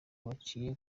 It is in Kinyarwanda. baciye